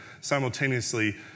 simultaneously